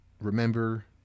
remember